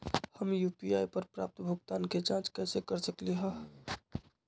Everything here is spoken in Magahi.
हम यू.पी.आई पर प्राप्त भुगतान के जाँच कैसे कर सकली ह?